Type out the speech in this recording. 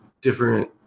different